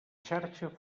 xarxa